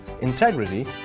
integrity